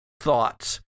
thoughts